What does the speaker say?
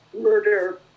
murder